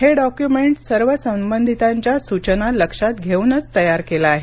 हे डॉक्युमेंट सर्व संबंधितांच्या सुचना लक्षात घेऊनच तयार केलं आहे